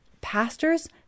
pastors